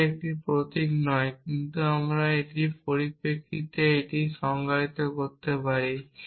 এটি একটি প্রতীক নয় কিন্তু আমরা এটির পরিপ্রেক্ষিতে এটি সংজ্ঞায়িত করতে পারি